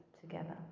together